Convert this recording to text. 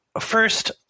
first